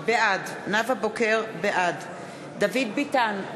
בעד דוד ביטן,